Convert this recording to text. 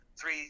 three